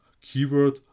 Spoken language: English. keyword